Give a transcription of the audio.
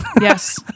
yes